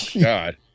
God